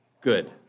good